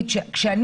לה.